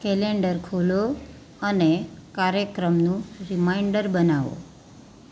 calendar ખોલો અને કાર્યક્રમનું રિમાઈન્ડર બનાવો